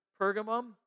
Pergamum